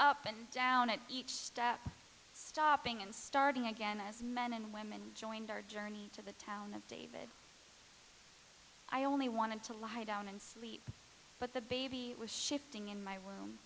up and down at each step stopping and starting again as men and women joined our journey to the town of david i only wanted to lie down and sleep but the baby was shifting in my room